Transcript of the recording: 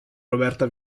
roberta